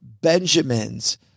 Benjamins